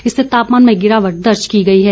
इससे तापमान में गिरावट दर्ज की गई है